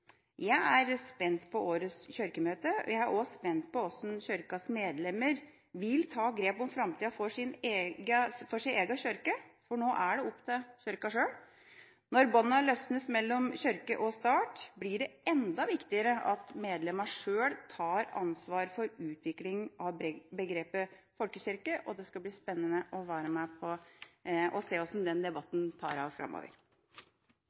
Jeg er spent på årets kirkemøte. Jeg er også spent på hvordan Kirkens medlemmer vil ta grep om framtida for sin egen kirke, for nå er det opp til Kirken selv. Når båndene løsnes mellom kirke og stat, blir det enda viktigere at medlemmene sjøl tar ansvar for utviklingen av begrepet «folkekirke». Det skal bli spennende å se hvordan den debatten går framover.